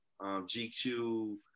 GQ